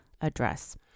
address